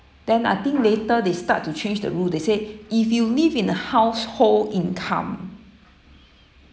then I think later they start to change the rule they say if you live in a household income